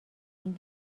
این